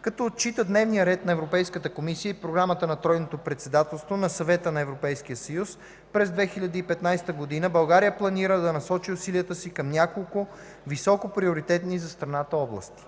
Като отчита дневния ред на ЕК и програмата на Тройното Председателство на Съвета на ЕС, през 2015 г. България планира да насочи усилията си към няколко високоприоритетни за страната области: